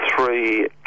three